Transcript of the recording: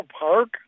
Park